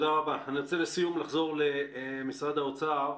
לעסקים והקשר שלנו עם משרדי הממשלה,